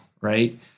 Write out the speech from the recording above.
right